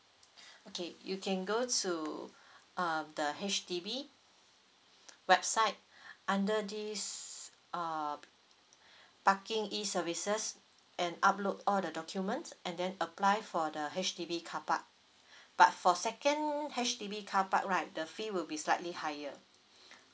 okay you can go to uh the H_D_B website under this uh parking e services and upload all the documents and then apply for the H_D_B carpark but for second H_D_B carpark right the fee will be slightly higher